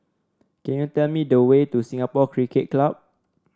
can you tell me the way to Singapore Cricket Club